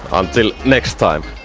until next time!